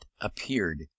appeared